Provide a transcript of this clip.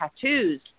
tattoos